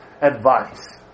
advice